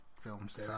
films